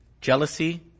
jealousy